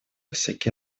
всякий